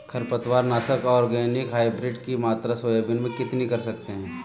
खरपतवार नाशक organic hybrid की मात्रा सोयाबीन में कितनी कर सकते हैं?